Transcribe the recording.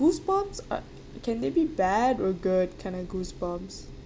goosebumps uh can they be bad or good kind of goosebumps